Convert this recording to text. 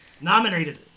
Nominated